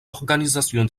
organisation